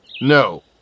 No